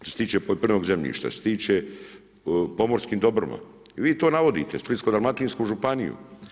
Što se tiče poljoprivrednog zemljišta, što se tiče pomorskim dobrima i vi to navodite, Splitsko-dalmatinsku županiju.